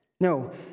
no